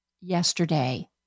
yesterday